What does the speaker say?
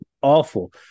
awful